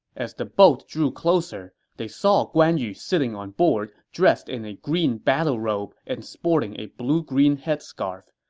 as the boat drew closer, they saw guan yu sitting on board, dressed in a green battle robe and sporting a blue-green head scarf.